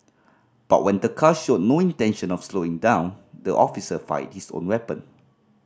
but when the car showed no intention of slowing down the officer fired his own weapon